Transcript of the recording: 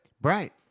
Bright